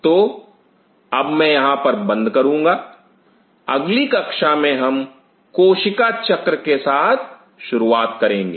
तो अब मैं यहां पर बंद करूंगा अगली कक्षा में हम कोशिका चक्र के साथ शुरूआत करेंगे